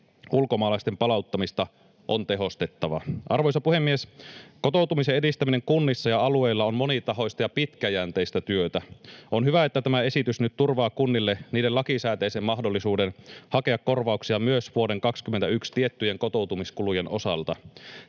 ulkomaalaisten palauttamista on tehostettava. Arvoisa puhemies! Kotoutumisen edistäminen kunnissa ja alueilla on monitahoista ja pitkäjänteistä työtä. On hyvä, että tämä esitys nyt turvaa kunnille niiden lakisääteisen mahdollisuuden hakea korvauksia myös vuoden 21 tiettyjen kotoutumiskulujen osalta.